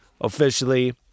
Officially